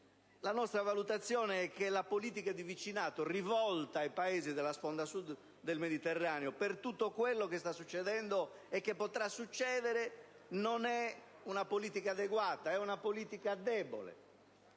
La nostra valutazione è che la politica di vicinato rivolta ai Paesi della sponda Sud del Mediterraneo, per tutto quello che sta succedendo e che potrà succedere, non è adeguata, è una politica debole.